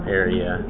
area